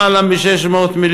ועולה, ועולה למעלה מ-600 מיליון.